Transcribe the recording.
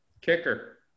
Kicker